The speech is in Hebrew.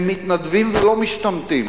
הם מתנדבים ולא משתמטים,